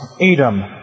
Edom